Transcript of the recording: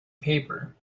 paper